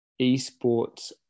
esports